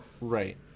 Right